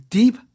deep